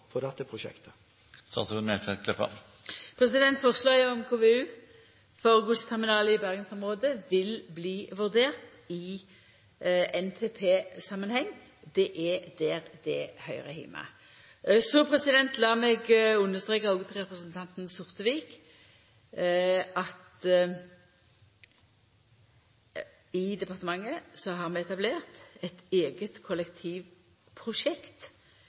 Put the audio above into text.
prosjektet? Forslaget om KVU for godsterminal i bergensområdet vil bli vurdert i NTP-samanheng. Det er der det høyrer heime. Så lat meg òg understreka for representanten Sortevik at i departementet har vi etablert eit eige kollektivprosjekt